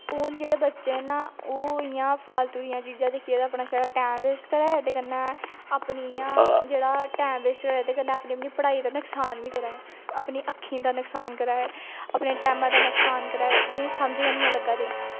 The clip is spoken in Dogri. हून जेह्ड़े बच्चे ना ओह् इ'यां फालतू दियां चीज़ां दिक्खियै गै अपना छड़ा टाईम वेस्ट करा दे ते कन्नै अपनी इ'यां जेह्ड़ा टैम वेस्ट होआ दा कन्नै अपनी अपनी पढ़ाई दा नकसान बी करा दे अपनी अक्खीं दा नकसान करा दे अपने टैमा दा नकसान करा दे इ'नेंगी समझ गै निं ऐ लग्गा दी